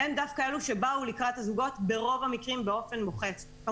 הם דווקא אלו שבאו לקראת הזוגות באופן מוחץ ברוב המקרים.